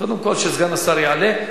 קודם כול שסגן השר יעלה.